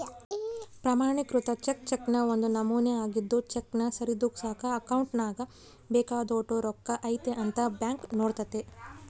ಪ್ರಮಾಣಿಕೃತ ಚೆಕ್ ಚೆಕ್ನ ಒಂದು ನಮೂನೆ ಆಗಿದ್ದು ಚೆಕ್ನ ಸರಿದೂಗ್ಸಕ ಅಕೌಂಟ್ನಾಗ ಬೇಕಾದೋಟು ರೊಕ್ಕ ಐತೆ ಅಂತ ಬ್ಯಾಂಕ್ ನೋಡ್ತತೆ